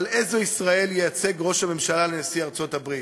אבל איזו ישראל ייצג ראש הממשלה בפני נשיא ארצות-הברית?